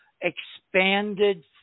expanded